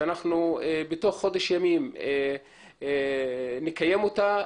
שאנחנו בתוך חודש ימים נקיים אותה,